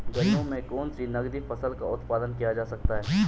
गर्मियों में कौन सी नगदी फसल का उत्पादन किया जा सकता है?